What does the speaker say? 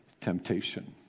temptation